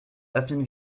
öffnen